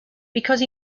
because